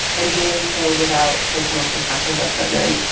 and doing so without personal protective equipment.